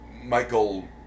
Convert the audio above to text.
Michael